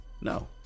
no